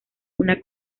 una